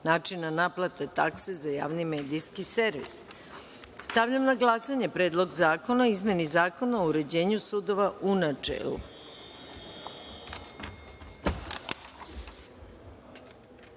načina naplate takse za Javni medijski servis. Stavljam na glasanje Predlog zakona o izmeni Zakona o uređenju sudova, u